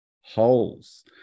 holes